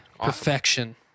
Perfection